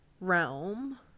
realm